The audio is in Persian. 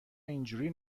اینجوری